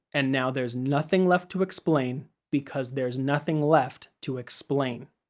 and now there's nothing left to explain because there's nothing left to explain.